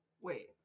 Wait